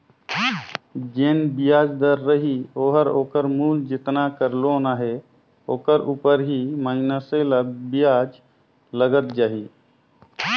जेन बियाज दर रही ओहर ओकर मूल जेतना कर लोन अहे ओकर उपर ही मइनसे ल बियाज लगत जाही